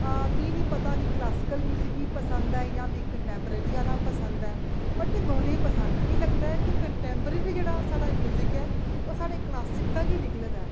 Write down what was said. अ मीं नेईं पता कि क्लासिकल म्यूजिक मीं पसंद ऐ जां मिगी कंटैंप्रेरी आह्ला पसंद ऐ पर मिगी दोऐ गै पसंद न मिगी लगदा कि कंटैंप्रेरी बी साढ़ा जेह्ड़ा म्यूजिक ऐ ओह् साढ़े क्लासिक चा गै निकलै दा ऐ